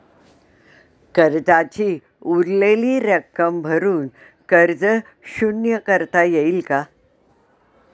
कर्जाची उरलेली रक्कम भरून कर्ज शून्य करता येईल का?